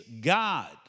God